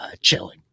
chilling